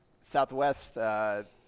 Southwest